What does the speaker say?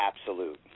absolute